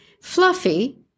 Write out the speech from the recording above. Fluffy